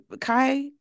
Kai